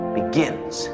begins